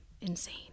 insane